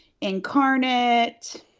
Incarnate